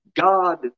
God